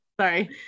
Sorry